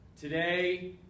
today